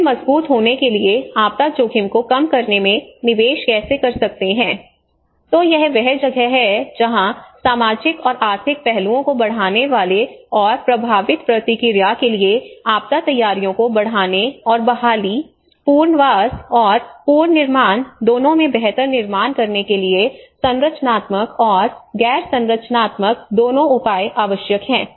फिर मजबूत होने के लिए आपदा जोखिम को कम करने में निवेश कैसे कर सकते हैं तो यह वह जगह है जहां सामाजिक और आर्थिक पहलुओं को बढ़ाने और प्रभावी प्रतिक्रिया के लिए आपदा तैयारियों को बढ़ाने और बहाली पुनर्वास और पुनर्निर्माण दोनों में बेहतर निर्माण करने के लिए संरचनात्मक और गैर संरचनात्मक दोनों उपाय आवश्यक हैं